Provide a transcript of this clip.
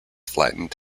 flattened